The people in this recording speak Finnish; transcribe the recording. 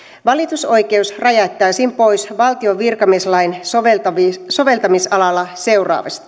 valitusoikeus rajattaisiin pois valtion virkamieslain soveltamisalalla seuraavasti